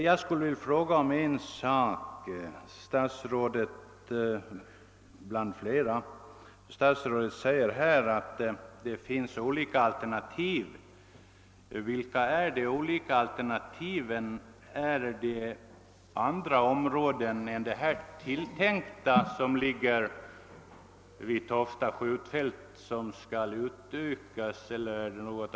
Jag skulle vilja fråga statsrådet om en sak bland andra. Statsrådet säger att det finns olika alternativ. Vilka är de olika alternativen? Kan även andra områden än det som ligger vid Tofta skjutfält komma i fråga för utbyggnad?